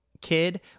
kid